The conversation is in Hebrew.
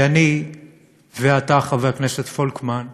כי אני ואתה, חבר הכנסת פולקמן,